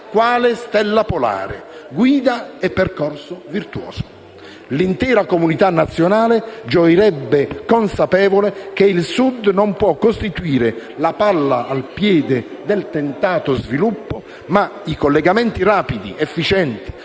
quale stella polare, guida e percorso virtuoso. L'intera comunità nazionale gioirebbe, consapevole che il Sud non può costituire la palla al piede del tentato sviluppo, ma collegamenti rapidi, efficienti,